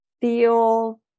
feel